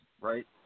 right –